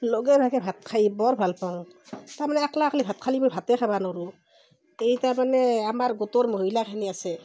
লগে ভাগে ভাত খাই বৰ ভাল পাওঁ তাৰমানে একলা একলা ভাল খালে মই ভাতেই খাব নৰোঁ এই তাৰমানে আমাৰ গোটৰ মহিলাখিনি আছে